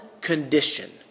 condition